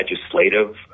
legislative